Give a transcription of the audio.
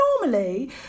normally